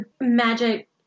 magic